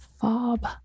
Fob